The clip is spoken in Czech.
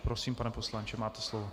Prosím, pane poslanče, máte slovo.